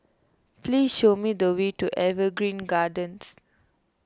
please show me the way to Evergreen Gardens